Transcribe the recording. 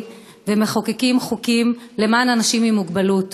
ומחוקקים חוקים למען אנשים עם מוגבלות.